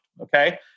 Okay